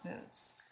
moves